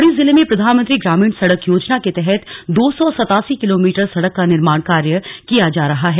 पौड़ी जिले में प्रधानमंत्री ग्रामीण सड़क योजना के तहत दो सौ सतासी किलोमीटर सड़क का निर्माण किया जा रहा है